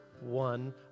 one